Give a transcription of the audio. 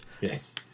Yes